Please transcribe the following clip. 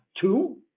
two